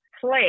play